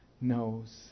knows